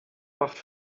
macht